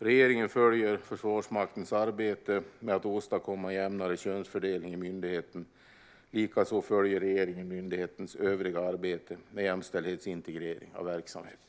Regeringen följer Försvarsmaktens arbete med att åstadkomma en jämnare könsfördelning i myndigheten. Likaså följer regeringen myndighetens övriga arbete med jämställdhetsintegrering av verksamheten.